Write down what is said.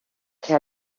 che